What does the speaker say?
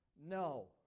No